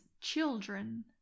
children